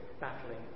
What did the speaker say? Battling